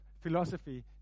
philosophy